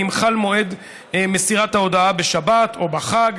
ואם חל מועד מסירת ההודעה בשבת או בחג,